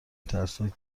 ترسناک